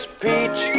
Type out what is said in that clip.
peach